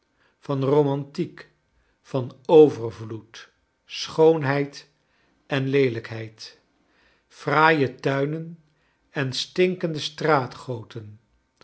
van romantiek van overvloed schoonheid en leelijkheid fraaie tuinen en stinkende